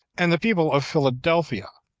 and the people of philadelphia,